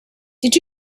did